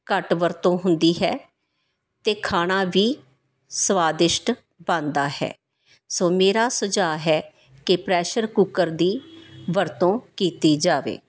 ਘੱਟ ਵਰਤੋਂ ਹੁੰਦੀ ਹੈ ਅਤੇ ਖਾਣਾ ਵੀ ਸਵਾਦਿਸ਼ਟ ਬਣਦਾ ਹੈ ਸੋ ਮੇਰਾ ਸੁਝਾਅ ਹੈ ਕਿ ਪ੍ਰੈਸ਼ਰ ਕੁੱਕਰ ਦੀ ਵਰਤੋਂ ਕੀਤੀ ਜਾਵੇ